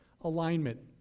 alignment